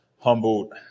humbled